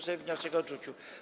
Sejm wniosek odrzucił.